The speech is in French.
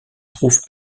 trouve